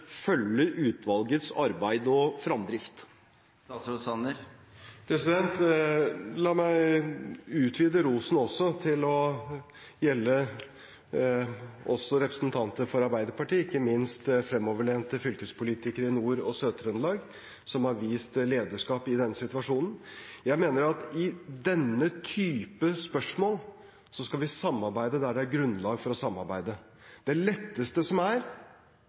følge utvalgets arbeid og framdrift? La meg utvide rosen til også å gjelde representanter for Arbeiderpartiet, ikke minst fremoverlente fylkespolitikere i Nord- og Sør-Trøndelag, som har vist lederskap i denne situasjonen. Jeg mener at i denne type spørsmål skal vi samarbeide der det er grunnlag for å samarbeide. Det letteste som er,